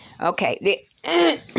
Okay